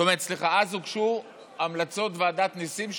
אז הוגשו המלצות ועדת ניסים,